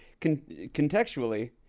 contextually